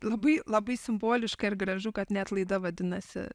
labai labai simboliška ir gražu kad net laida vadinasi